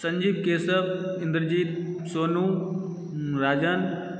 Sanjeev Keshav Indrajeet Sonu Rajan